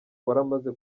waramaze